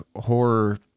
horror